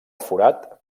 forat